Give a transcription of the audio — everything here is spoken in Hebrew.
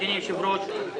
אדוני היושב-ראש,